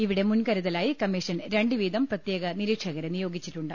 ഇവിടെ മുൻകരുതലായി കമ്മീഷൻ രണ്ടുവീതം പ്രത്യേക നിരീക്ഷകരെ നിയോഗിച്ചിട്ടുണ്ട്